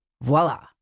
Voila